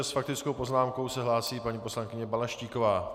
S faktickou poznámkou se hlásí paní poslankyně Balaštíková.